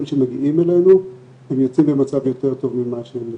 שמגיעים אלינו הם יוצאים במצב יותר טוב ממה שהם נכנסו.